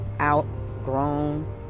outgrown